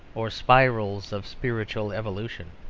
or spirals of spiritual evolution.